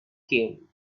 came